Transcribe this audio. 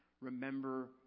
remember